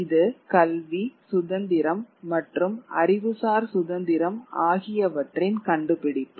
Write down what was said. இது கல்வி சுதந்திரம் மற்றும் அறிவுசார் சுதந்திரம் ஆகியவற்றின் கண்டுபிடிப்பு